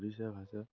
ଓଡ଼ିଶା ଭାଷା